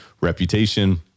reputation